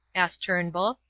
asked turnbull.